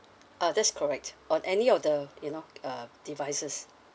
ah that's correct on any of the you know uh devices